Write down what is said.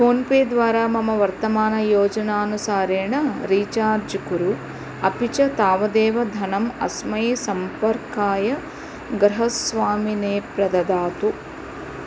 PhonePe द्वारा मम वर्तमानयोजनानुसारेण रीचार्ज् कुरु अपि च तावदेव धनम् अस्मै सम्पर्काय गृहस्वामिने प्रददातु